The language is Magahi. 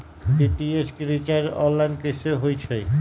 डी.टी.एच के रिचार्ज ऑनलाइन कैसे होईछई?